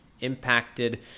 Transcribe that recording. impacted